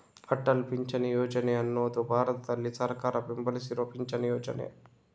ಅಟಲ್ ಪಿಂಚಣಿ ಯೋಜನೆ ಅನ್ನುದು ಭಾರತದಲ್ಲಿ ಸರ್ಕಾರ ಬೆಂಬಲಿಸ್ತಿರುವ ಪಿಂಚಣಿ ಯೋಜನೆ